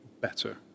better